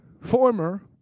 former